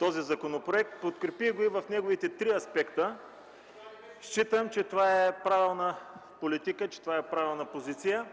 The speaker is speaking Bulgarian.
да бъда опозиция. Подкрепих го в неговите три аспекта. Считам, че това е правилна политика, правилна позиция.